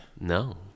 No